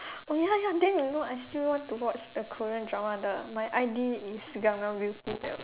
oh ya ya then you know I still want to watch the Korean drama the my I_D is Gangnam beauty that one